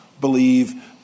believe